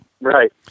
Right